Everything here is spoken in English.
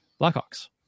Blackhawks